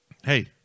Hey